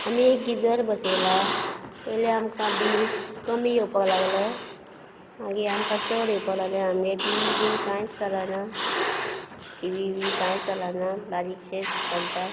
आमी एक गिजर बसयला पयलीं आमकां बील कमी येवपाक लागलें मागीर आमकां चड येवपा लागलें मागीर आमकां टि वी बी कांयच चलना दिसता टि वी बिवी कांय चलना बारीकशें चलता